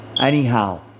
Anyhow